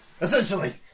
Essentially